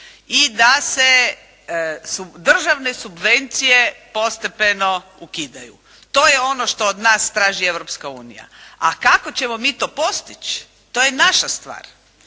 i da se državne subvencije postepeno ukidaju. To je ono što od nas traži Europska Unija. A kako ćemo mi to postići, to je naša stvar.